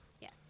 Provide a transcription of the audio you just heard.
Yes